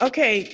Okay